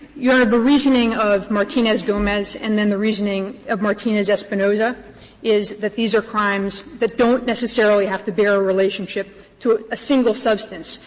your honor, the reasoning of martinez-gomez and then the reasoning of martinez espinoza is that these are crimes that don't necessarily have to bear a relationship to a single substance.